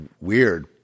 weird